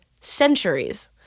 centuries